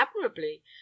admirably